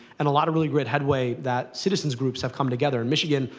and a lot of really great headway that citizens' groups have come together. in michigan,